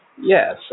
Yes